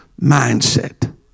mindset